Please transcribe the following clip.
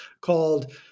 called